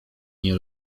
nie